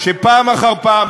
שפעם אחר פעם,